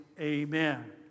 Amen